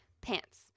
pants